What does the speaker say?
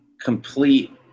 complete